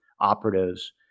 operatives